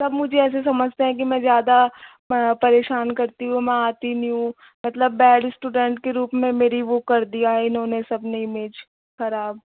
सब मुझे ऐसे समझते हैं कि मैं ज़्यादा परेशान करती हूँ मैं आती नहीं हूँ मतलब बैड स्टूडेंट के रूप में मेरी वो कर दिया है इन्होंने सबने इमेज खराब